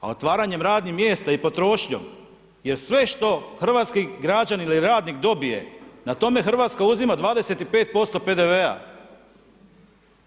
A otvaranjem radnih mjesta i potrošnjom, jer sve što hrvatski građanin ili radnik dobije na tome Hrvatska uzima 25% PDV-a.